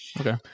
okay